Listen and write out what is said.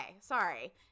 sorry